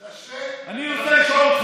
תשווה,